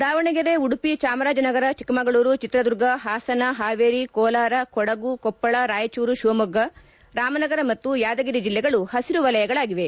ದಾವಣಗೆರೆ ಉಡುಪಿ ಚಾಮರಾಜನಗರ ಚಿಕ್ಕಮಗಳೂರು ಚಿತ್ರದುರ್ಗ ಪಾಸನ ಹಾವೇರಿ ಕೋಲಾರ ಕೊಡಗು ಕೊಪ್ಪಳ ರಾಯಚೂರು ಶಿವಮೊಗ್ಗ ರಾಮನಗರ ಮತ್ತು ಯಾದಗಿರಿ ಜಲ್ಲೆಗಳು ಪಸಿರು ವಲಯಗಳಾಗಿವೆ